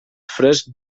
fresc